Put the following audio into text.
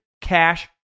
Cash